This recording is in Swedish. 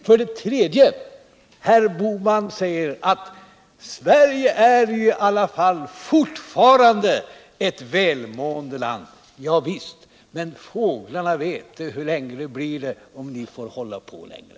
För det tredje: Gösta Bohman säger att Sverige i alla fall fortfarande är ett välmående land. Ja visst! Men fåglarna vet hur länge det blir det om ni får hålla på längre.